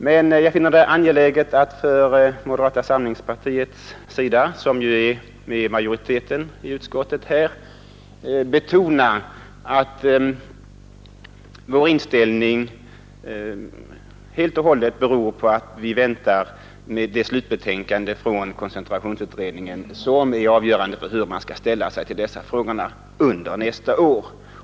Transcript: Men jag finner det angeläget att från moderata samlingspartiet, som ju tillhör majoriteten i utskottet, här betona att vår inställning helt beror på det förhållandet att vi väntar på koncentrationsutredningens slutbetänkande, som kommer att vara avgörande för hur man skall ställa sig till dessa frågor under nästa år.